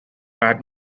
pat